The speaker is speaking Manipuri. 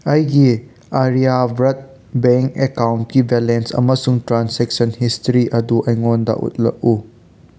ꯑꯩꯒꯤ ꯑꯥꯔꯤꯌꯥꯕ꯭ꯔꯠ ꯕꯦꯡꯛ ꯑꯦꯀꯥꯎꯟꯀꯤ ꯕꯦꯂꯦꯟꯁ ꯑꯃꯁꯨꯡ ꯇ꯭ꯔꯥꯟꯖꯦꯛꯁꯟ ꯍꯤꯁꯇ꯭ꯔꯤ ꯑꯗꯨ ꯑꯩꯉꯣꯟꯗ ꯎꯠꯂꯛꯎ